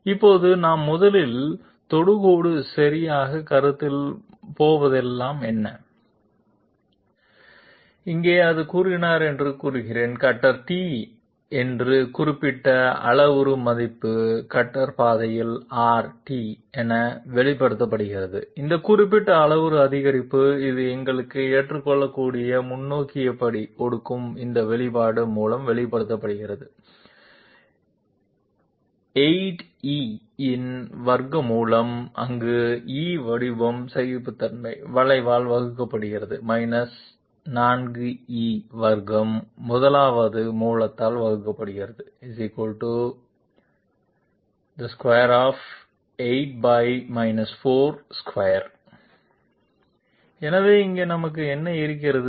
இப்போது நாம் முதலில் தொடுகோடு சரியா கருத்தில் போதெல்லாம் என்னை இங்கே அது கூறினார் என்று கூறுகிறேன் கட்டர் t என்று குறிப்பிட்ட அளவுரு அதிகரிப்பு கட்டர் பாதையில் r என வெளிப்படுத்தப்படுகிறது அந்த குறிப்பிட்ட அளவுரு அதிகரிப்பு இது எங்களுக்கு ஏற்றுக்கொள்ளக்கூடிய முன்னோக்கி படி கொடுக்கும் இந்த வெளிப்பாடு மூலம் வெளிப்படுத்தப்படுகிறது 8 e இன் வர்க்க மூலம் அங்கு e வடிவம் சகிப்புத்தன்மை வளைவால் வகுக்கப்படுகிறது 4 e வர்க்க 1 வது மூலத்தால் வகுக்கப்படுகிறது √8 4 2 எனவே இங்கே நமக்கு என்ன இருக்கிறது